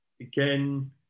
again